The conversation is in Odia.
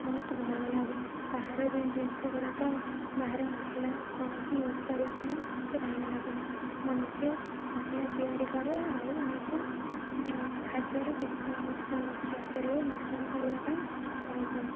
ବହୁତ ଭଲ ଲାଗେ ବାହାର ଜିନିଷ ଗୁଡ଼ାକ ବାହାର ମସଲା କୌଣସି ୟୁଜ଼ କରିବା ପାଇଁ ମୋତେ ଭଲ ଲାଗେନି ମୁଁ ନିଜେ ମସଲା ତିଆରି କରେ ଆଉ ନିଜେ ଖାଦ୍ୟରେ କୌଣସି ତରକାରୀରେ ମିଶ୍ରଣ କରିବାପାଇଁ ଭଲପାଏ